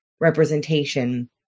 representation